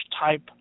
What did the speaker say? type